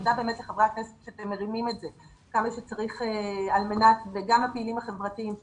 תודה לחברי הכנסת שאתם מרימים את זה וגם הפעילים החברתיים.